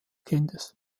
kindes